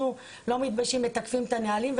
אנחנו לא מתביישים ומתקפים את הנהלים,